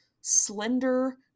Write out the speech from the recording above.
slender